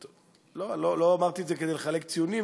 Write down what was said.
לא אמרתי את זה כדי לחלק ציונים,